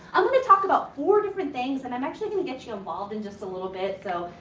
i'm gonna talk about four different things and i'm actually gonna get you involved in just a little bit. so,